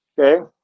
Okay